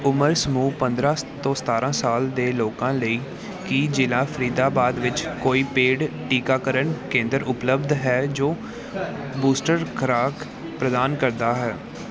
ਉਮਰ ਸਮੂਹ ਪੰਦਰ੍ਹਾਂ ਤੋਂ ਸਤਾਰ੍ਹਾਂ ਸਾਲ ਦੇ ਲੋਕਾਂ ਲਈ ਕੀ ਜ਼ਿਲ੍ਹਾ ਫਰੀਦਾਬਾਦ ਵਿੱਚ ਕੋਈ ਪੇਡ ਟੀਕਾਕਰਨ ਕੇਂਦਰ ਉਪਲਬਧ ਹੈ ਜੋ ਬੂਸਟਰ ਖੁਰਾਕ ਪ੍ਰਦਾਨ ਕਰਦਾ ਹੈ